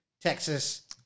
Texas